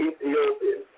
Ethiopia